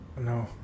No